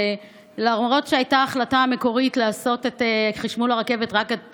שלמרות שהייתה החלטה מקורית לעשות את חשמול הרכבת רק עד